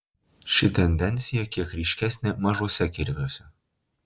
ši tendencija kiek ryškesnė mažuose kirviuose